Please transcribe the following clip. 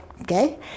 okay